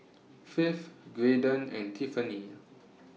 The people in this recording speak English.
Faith Graydon and Tiffanie